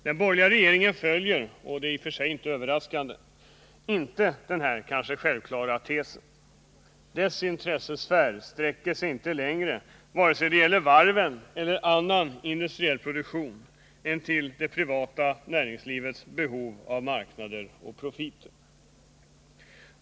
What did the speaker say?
Den borgerliga regeringen följer, och det är i och för sig inte överraskande, inte denna självklara tes. Dess intressesfär sträcker sig inte längre, vare sig det gäller varven eller annan industriell produktion, än till det privata näringslivets behov av marknader och profit.